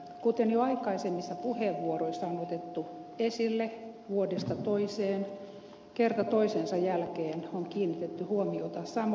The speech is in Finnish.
kuten jo aikaisemmissa puheenvuoroissa on otettu esille vuodesta toiseen kerta toisensa jälkeen on kiinnitetty huomiota samoihin ongelmiin joihin ei puututa